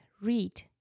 read